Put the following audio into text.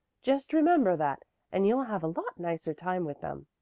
just remember that and you'll have a lot nicer time with them.